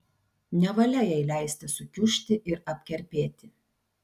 nevalia jai leisti sukiužti ir apkerpėti